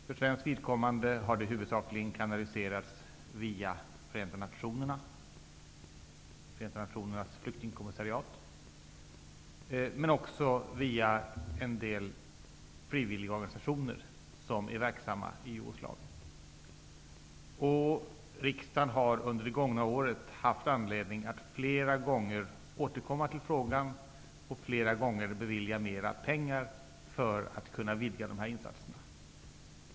För svenskt vidkommande har det huvudsakligen kanaliserats via Förenta nationernas flyktingkommissariat men också via en del frivilligorganisationer som är verksamma i Riksdagen har under det gångna året haft anledning att flera gånger återkomma till frågan och att flera gånger bevilja mer pengar för att kunna vidga dessa insatser.